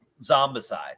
Zombicide